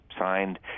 signed